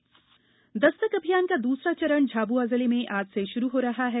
दस्तक अभियान दस्तक अभियान का दूसरा चरण झाबुआ जिले में आज से शुरू हो रहा है